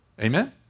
Amen